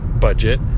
budget